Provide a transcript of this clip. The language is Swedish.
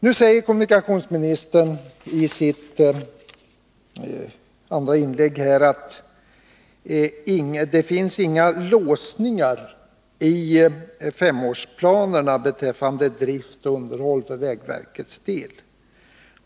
Nu säger kommunikationsministern i sitt andra inlägg att det inte finns några låsningar i vägverkets femårsplaner beträffande drift och underhåll.